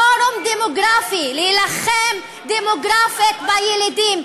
פורום דמוגרפי, להילחם דמוגרפית בילידים.